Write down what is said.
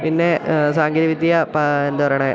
പിന്നെ സാങ്കേതിക വിദ്യ എന്താ പറയണെ